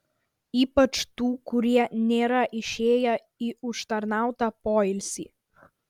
ypač tų kurie nėra išėję į užtarnautą poilsį